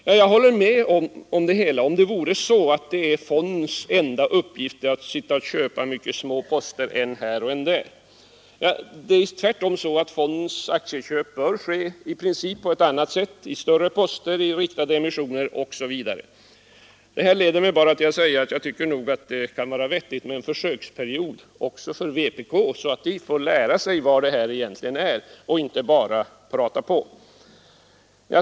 Jag skulle hålla med om det riktiga i detta påstående, om det vore så, att fondens enda uppgift vore att köpa mycket små aktieposter än här och än där. Fondens aktieköp bör tvärtom ske i princip på annat sätt — i större poster, i riktade emissioner osv. Jag tycker nog att det kan vara vettigt med en försöksperiod också för kommunisterna, så att de får lära sig vad det här egentligen är och inte bara pratar på.